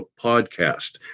podcast